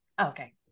Okay